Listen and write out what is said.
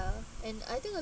and I think a